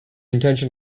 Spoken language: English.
intention